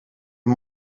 een